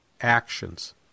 actions